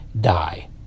die